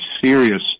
serious